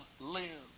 live